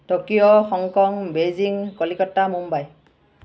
Tokyo Hong Kong Beijing Calcutta Mumbai